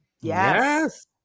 yes